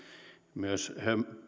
myös